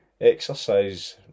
Exercise